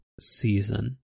season